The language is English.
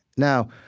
now,